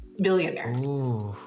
Billionaire